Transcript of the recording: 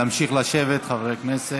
להמשיך לשבת, חברי הכנסת.